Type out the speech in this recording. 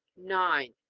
nine.